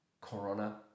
corona